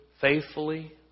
faithfully